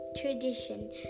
tradition